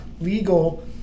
legal